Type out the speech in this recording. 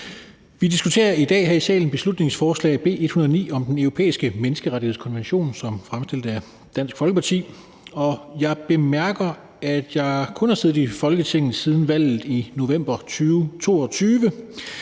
Vi diskuterer i dag her i salen beslutningsforslag B 109 om Den Europæiske Menneskerettighedskonvention, som er fremsat af Dansk Folkeparti, og jeg bemærker, at jeg kun har siddet i Folketinget siden valget i november 2022,